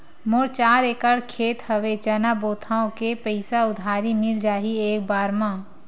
मोर चार एकड़ खेत हवे चना बोथव के पईसा उधारी मिल जाही एक बार मा?